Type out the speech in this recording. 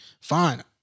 fine